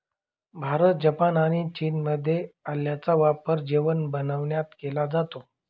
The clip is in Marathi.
भारत, जपान आणि चीनमध्ये आल्याचा वापर जेवण बनविण्यात केला जातो